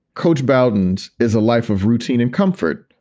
coach bolden's is a life of routine and comfort,